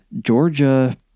Georgia